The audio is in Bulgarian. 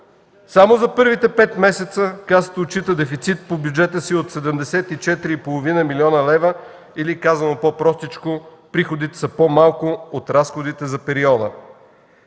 Само за първите пет месеца Касата отчита дефицит по бюджета си от 74,5 млн. лв. или казано по-простичко, приходите са по-малко от разходите за периода.